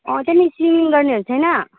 अँ त्यहाँनिर स्विमिङ गर्नेहरू छैन